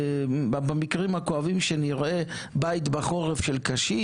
במקרים הכואבים שנראה בית בחורף של קשיש,